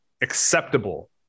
acceptable